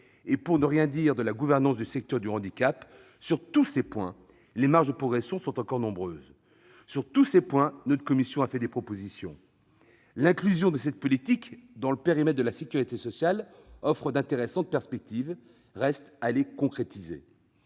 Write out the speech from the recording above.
et pour ne rien dire de la gouvernance du secteur du handicap, les marges de progression sont encore nombreuses. Sur tous ces points, notre commission a fait des propositions. L'inclusion de cette politique dans le périmètre de la sécurité sociale offre d'intéressantes perspectives. Reste à les concrétiser.